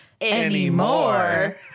anymore